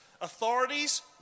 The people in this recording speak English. Authorities